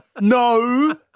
No